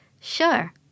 Sure